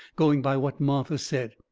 going by what martha said.